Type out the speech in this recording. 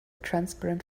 transparent